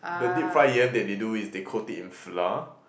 the deep fry yam that they do is they coat it in flour